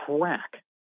crack